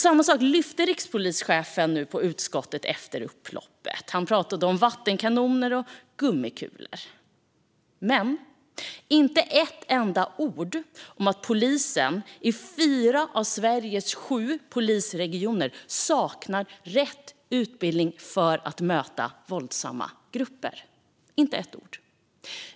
Samma sak lyfte rikspolischefen fram på mötet i utskottet efter upploppen. Han pratade om vattenkanoner och gummikulor. Men han sa inte ett ord om att polisen i fyra av Sveriges sju polisregioner saknar rätt utbildning för att möta våldsamma grupper.